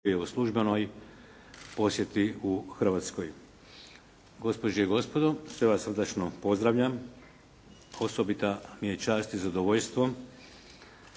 je u službenoj posjeti u Hrvatskoj. Gospođe i gospodo, sve vas srdačno pozdravljam. Osobita mi je čast i zadovoljstvo